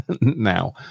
now